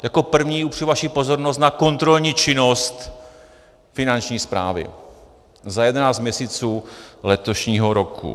Jako první upřu vaši pozornost na kontrolní činnost Finanční správy za 11 měsíců letošního roku.